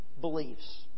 beliefs